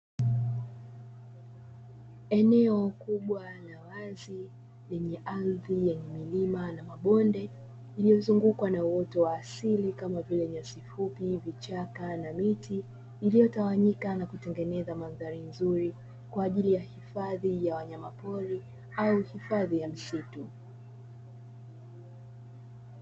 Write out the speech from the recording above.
Eneo kubwa la wazi lenye ardhi yenye milima na mabonde iliyozungukwa na uoto wa asili kama vile nyasi fupi ,vichaka na miti iliyotawanyika na kutengeneza magari nzuri kwa ajili ya hifadhi ya wanyamapori au hifadhi ya misitu.